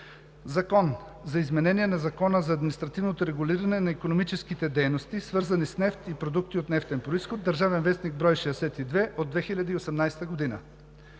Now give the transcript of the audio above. „Закон за изменение на Закона за административното регулиране на икономически дейности, свързани с нефт и продукти от нефтен произход (ДВ, бр. 62 от 2018 г.)“.